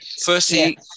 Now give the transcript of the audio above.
Firstly